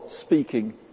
speaking